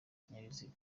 ibinyabiziga